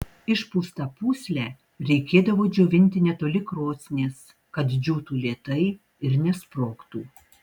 išpūstą pūslę reikėdavo džiovinti netoli krosnies kad džiūtų lėtai ir nesprogtų